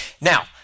now